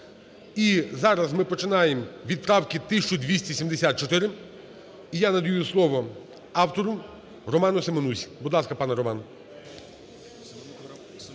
І зараз ми починаємо від правки 1274. І я надаю слово автору Роману Семенусі. Будь ласка, пане Роман.